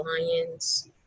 Alliance